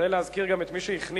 כדאי להזכיר גם את מי שהכניס,